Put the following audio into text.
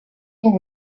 temps